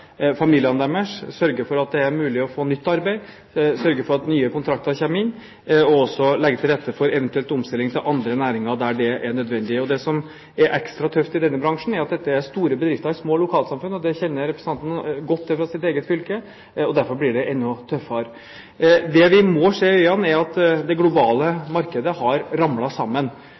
familiene deres, og sørge for at det er mulig å få nytt arbeid, sørge for at nye kontrakter kommer inn, og også legge til rette for en eventuell omstilling til andre næringer der det er nødvendig. Det som er ekstra tøft i denne bransjen, er at dette er store bedrifter i små lokalsamfunn – det kjenner representanten godt til fra sitt eget fylke. Derfor blir det enda tøffere. Det vi må se i øynene, er at det globale markedet har ramlet sammen.